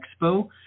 Expo